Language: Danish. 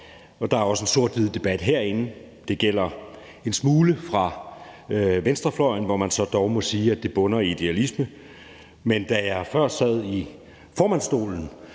og der er også en sort-hvid debat herinde. Det gælder en smule fra venstrefløjen, hvor man så dog må sige, at det bunder i idealisme, men da jeg før sad i formandsstolen,